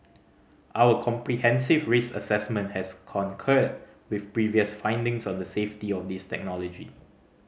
our comprehensive risk assessment has concurred with previous findings on the safety of this technology